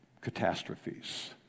catastrophes